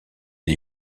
les